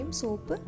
soap